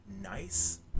nice